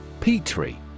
Petri